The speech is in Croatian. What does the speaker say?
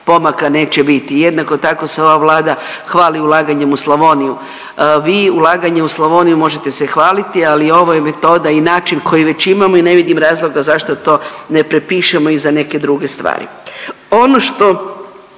pomaka neće biti. Jednako tako se ova Vlada hvali ulaganjem u Slavoniju, vi ulaganje u Slavoniju možete se hvaliti, ali ovo je metoda i način koji već imamo i ne vidim razloga zašto to i ne prepišemo i za neke druge stvari. Ono što